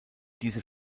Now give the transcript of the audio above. diese